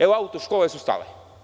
Evo, auto-škole su stale.